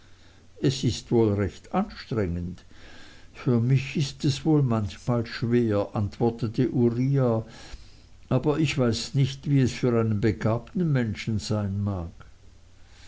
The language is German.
es ist wohl recht anstrengend für mich ist es wohl manchmal schwer antwortete uriah aber ich weiß nicht wie es für einen begabten menschen sein mag